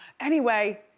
anyway,